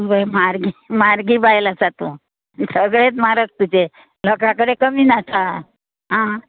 पळय म्हार्ग म्हारगी बायल आसा तूं सगळेंत म्हारग तुजें लोका कडेन कमीन आसा आ